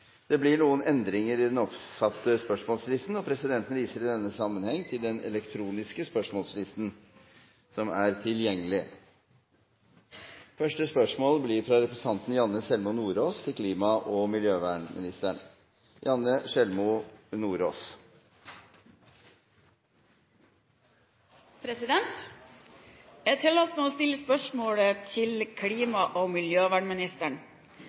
Det blir noen endringer i den oppsatte spørsmålslisten, og presidenten viser i den sammenheng til den elektroniske spørsmålslisten. – De foreslåtte endringene i dagens spørretime foreslås godkjent. – Det anses vedtatt. Endringene var som følger: Spørsmål 1, fra representanten Geir Pollestad til klima- og miljøministeren, bortfaller, da spørreren ikke er til